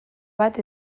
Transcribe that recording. bat